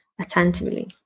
attentively